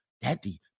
daddy